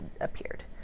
appeared